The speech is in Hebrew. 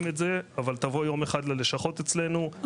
את זה אבל תבוא יום אחד ללשכות אצלנו,